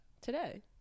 Today